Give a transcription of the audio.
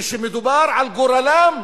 כשמדובר על גורלם,